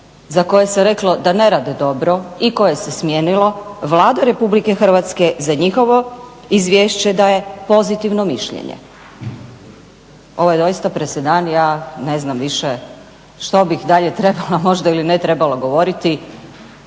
za koje se reklo da ne rade dobro i koje se smijenilo Vlada Republike Hrvatske za njihovo izvješće daje pozitivno mišljenje. Ovo je doista presedan, ja ne znam više što bih dalje trebala možda ili ne trebala govoriti.